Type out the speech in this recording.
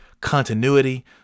continuity